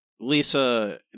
Lisa